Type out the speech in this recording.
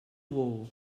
war